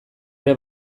ere